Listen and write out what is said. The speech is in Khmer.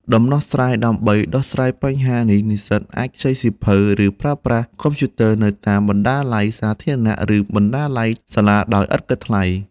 ដំណោះស្រាយដើម្បីដោះស្រាយបញ្ហានេះនិស្សិតអាចខ្ចីសៀវភៅ ឬប្រើប្រាស់កុំព្យូទ័រនៅតាម បណ្ណាល័យសាធារណៈ ឬបណ្ណាល័យសាលាដោយឥតគិតថ្លៃ។